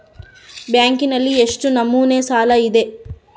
ಬ್ಯಾಂಕಿನಲ್ಲಿ ಎಷ್ಟು ನಮೂನೆ ಸಾಲ ಇದೆ?